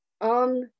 on